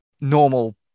normal